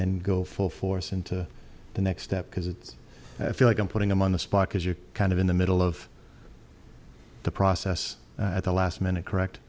then go full force into the next step because it's i feel like i'm putting them on the spot because you're kind of in the middle of the process at the last minute correct